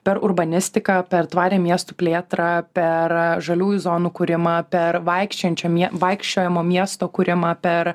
per urbanistiką per tvarią miestų plėtrą per žaliųjų zonų kūrimą per vaikščiojančio mie vaikščiojamo miesto kūrimą per